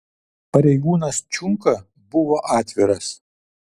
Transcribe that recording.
pareigūnas čiunka buvo atviras